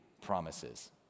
promises